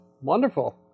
Wonderful